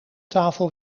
tafel